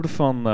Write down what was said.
van